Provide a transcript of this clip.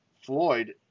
Floyd